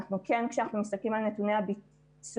כאשר אנחנו מסתכלים על נתוני הביצוע,